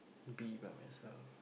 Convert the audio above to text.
be by myself